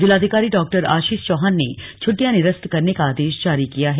जिलाधिकारी डॉ आशीष चौहान ने छृट्टियां निरस्त करने का आदेश जारी किया है